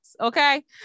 Okay